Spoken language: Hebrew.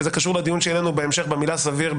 וזה קשור שיהיה לנו בהמשך במילה "סביר",